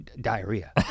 Diarrhea